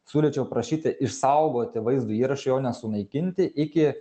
siūlyčiau prašyti išsaugoti vaizdo įrašą jo nesunaikinti iki